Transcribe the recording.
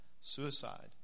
Suicide